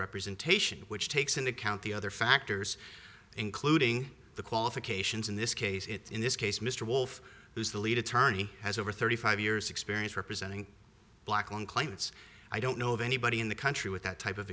representation which takes into account the other factors including the qualifications in this case it's in this case mr wolf who's the lead attorney has over thirty five years experience representing black lung claimants i don't know of anybody in the country with that type of